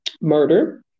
murder